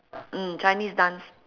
mm chinese dance